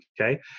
Okay